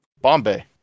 Bombay